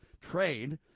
trade